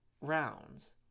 rounds